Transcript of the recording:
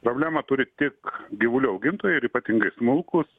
problemą turi tik gyvulių augintojai ir ypatingai smulkūs